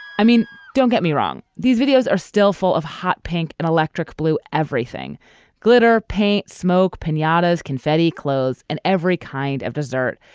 i mean don't get me wrong these videos are still full of hot pink and electric blue everything glitter paint smoke pinatas confetti clothes and every kind of dessert.